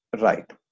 Right